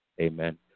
Amen